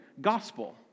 gospel